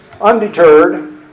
Undeterred